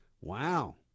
wow